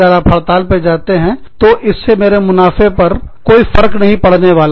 अगर आप हड़ताल पर जाते हैं तो इससे मेरे मुनाफे पर कोई फर्क नहीं पड़ने वाला है